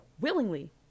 willingly